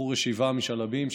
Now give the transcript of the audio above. בחור ישיבה משעלבים,